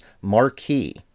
Marquee